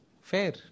fair